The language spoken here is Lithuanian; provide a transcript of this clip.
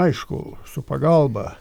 aišku su pagalba